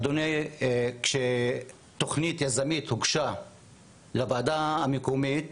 אדוני, כשתוכנית יזמית הוגשה לוועדה המקומית